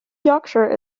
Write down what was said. yorkshire